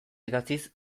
idatziz